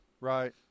Right